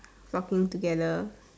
flocking together